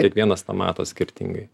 kiekvienas tą mato skirtingai